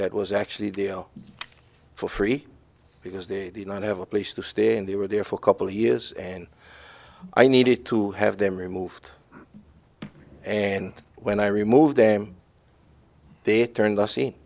that was actually there for free because they did not have a place to stay and they were there for a couple years and i needed to have them removed and when i removed them they turned the scene